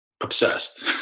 obsessed